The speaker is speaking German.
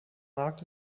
markt